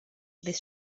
this